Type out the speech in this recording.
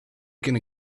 gonna